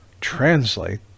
translate